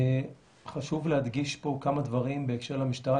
חשוב להדגיש פה כמה דברים בהקשר למשטרה,